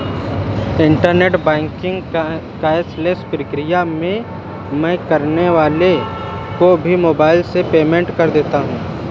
internet banking cashless प्रक्रिया है मैं किराने वाले को भी मोबाइल से पेमेंट कर देता हूँ